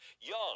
Young